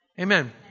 Amen